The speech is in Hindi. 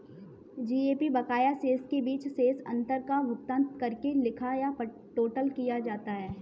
जी.ए.पी बकाया शेष के बीच शेष अंतर का भुगतान करके लिखा या टोटल किया जाता है